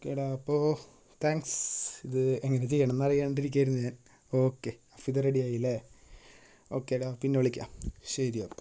ഓക്കേടാ അപ്പോൾ താങ്ക്സ് ഇത് എനിക്ക് ചെയ്യണമെന്ന് അറിയാണ്ട് ഇരിക്കായിരുന്നു ഞാൻ ഓക്കെ അപ്പോയിത് റെഡിയായിലേ ഓക്കേടാ പിന്നെ വിളിക്കാം ശരി അപ്പം